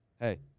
Hey